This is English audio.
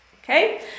Okay